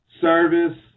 service